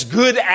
good